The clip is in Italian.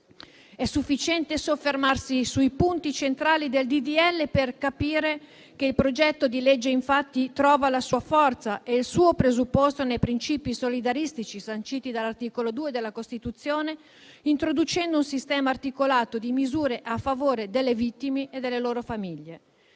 È sufficiente soffermarsi sui punti centrali del provvedimento per capire che esso trova la sua forza e il suo presupposto nei princìpi solidaristici sanciti dall'articolo 2 della Costituzione, introducendo un sistema articolato di misure a favore delle vittime e delle loro famiglie.